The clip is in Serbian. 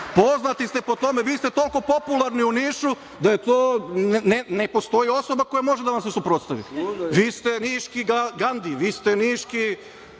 Poznati ste po tome, vi ste toliko popularni u Nišu da ne postoji osoba koja može da vam se suprotstavi. Vi ste niški Gandi, vi ste niški